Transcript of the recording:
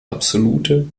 absolute